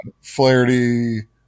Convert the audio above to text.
Flaherty